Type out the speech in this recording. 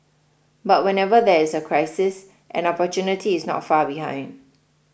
but whenever there is a crisis an opportunity is not far behind